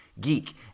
geek